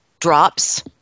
drops